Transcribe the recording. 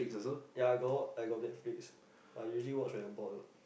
ya got I got Netflix but usually watch when I bored lah